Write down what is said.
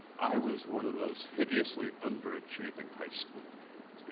i was one of those hideously underachieving high school kids. yeah